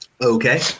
Okay